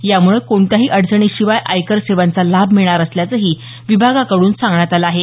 यामुळे कोणत्याही अडचणीशिवाय आयकर सेवांचा लाभ मिळणार असल्याचंही विभागाकडून सांगण्यात आलं आहे